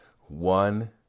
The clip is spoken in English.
one